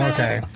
Okay